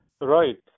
right